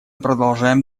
продолжаем